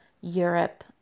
Europe